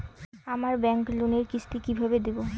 আমার ব্যাংক লোনের কিস্তি কি কিভাবে দেবো?